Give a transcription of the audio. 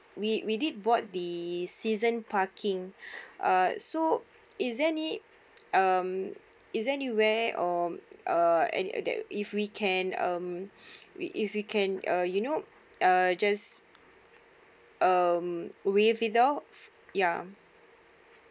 we we did bought the season parking err so is there any um is there anywhere or err and at that if we can um we if we can uh you know err just um waive it off ya